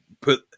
put